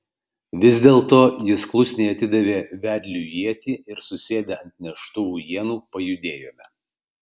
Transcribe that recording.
vis dėlto jis klusniai atidavė vedliui ietį ir susėdę ant neštuvų ienų pajudėjome